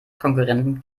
konkurrenten